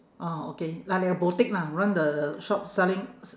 oh okay like like a boutique lah run the shop selling